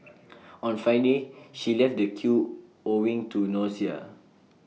on Friday she left the queue owing to nausea